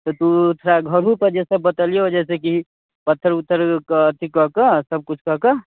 कि तू थोड़ा घरोपर जे सभ बतेलियौ हेँ जैसेकि पत्तर उत्तर अथी कऽ के सभकिछु कऽ के